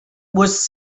was